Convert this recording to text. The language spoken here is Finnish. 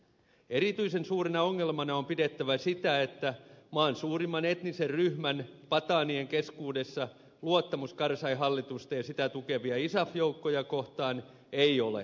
erityisen suurena ongelmana on pidettävä sitä että maan suurimman etnisen ryhmän pataanien keskuudessa luottamus karzain hallitusta ja sitä tukevia isaf joukkoja kohtaan ei ole suuri